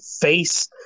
face